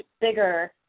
bigger